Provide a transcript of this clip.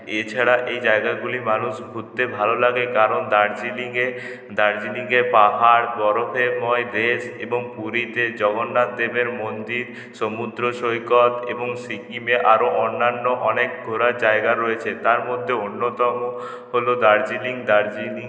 এ ছাড়া এই জায়গাগুলি মানুষ ঘুরতে ভালো লাগে কারণ দার্জিলিংয়ে দার্জিলিংয়ে পাহাড় বরফময় দেশ এবং পুরীতে জগন্নাথ দেবের মন্দির সমুদ্র সৈকত এবং সিকিমে আরও অন্যান্য অনেক ঘোরার জায়গা রয়েছে তার মধ্যে অন্যতম হল দার্জিলিং দার্জিলিং